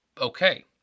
Okay